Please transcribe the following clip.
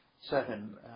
seven